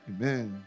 Amen